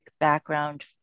background